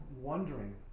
wondering